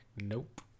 nope